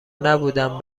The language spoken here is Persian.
نبودم